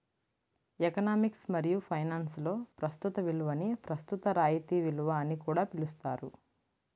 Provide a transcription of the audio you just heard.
economics మరియు ఫైనాన్స్లో ప్రస్తుత విలువని ప్రస్తుత రాయితీ విలువ అని కూడా పిలుస్తారు